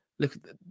Look